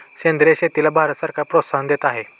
सेंद्रिय शेतीला भारत सरकार प्रोत्साहन देत आहे